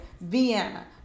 vienna